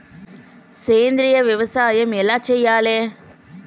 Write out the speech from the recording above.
సేంద్రీయ వ్యవసాయం ఎలా చెయ్యాలే?